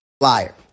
Liar